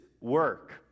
work